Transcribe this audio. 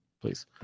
please